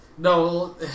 No